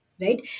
Right